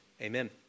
amen